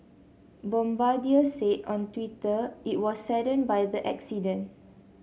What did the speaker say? Bombardier said on Twitter it was saddened by the accident